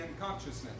consciousness